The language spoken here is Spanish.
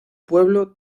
pueblo